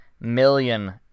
million